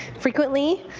frequently.